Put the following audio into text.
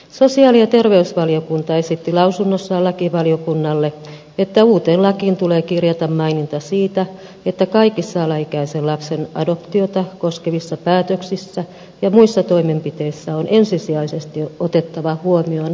sosiaali ja terveysvaliokunta esitti lausunnossaan lakivaliokunnalle että uuteen lakiin tulee kirjata maininta siitä että kaikissa alaikäisen lapsen adoptiota koskevissa päätöksissä ja muissa toimenpiteissä on ensisijaisesti otettava huomioon lapsen etu